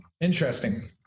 Interesting